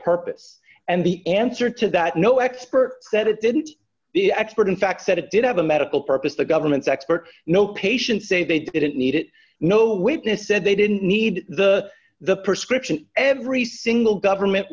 purpose and the answer to that no expert said it didn't the expert in fact said it did have a medical purpose the government's expert no patient say they didn't need it no witness said they didn't need the the prescription every single government